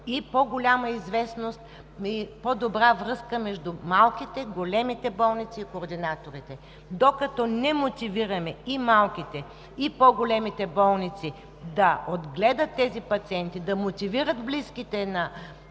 и по-голяма известност, и по-добра връзка между малките, големите болници и координаторите. Докато не мотивираме и малките, и по-големите болници да отгледат тези пациенти, да мотивират близките на